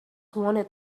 wanted